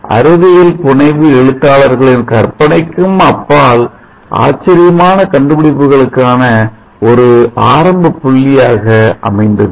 இதுவே அறிவியல் புனைவு எழுத்தாளர்களின் கற்பனைக்கும் அப்பால் ஆச்சரியமான கண்டுபிடிப்புகளுக்கான ஒரு ஆரம்பப் புள்ளியாக அமைந்தது